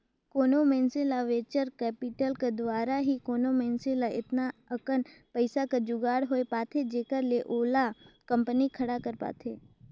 कोनो मइनसे ल वेंचर कैपिटल कर दुवारा ही कोनो मइनसे ल एतना अकन पइसा कर जुगाड़ होए पाथे जेखर ले ओहा कंपनी खड़ा कर पाथे